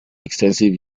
extensive